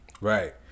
Right